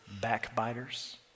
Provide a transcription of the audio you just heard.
Backbiters